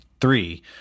three